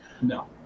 No